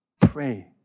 pray